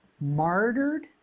martyred